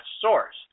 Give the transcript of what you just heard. source